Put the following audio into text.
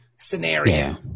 scenario